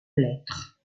lettres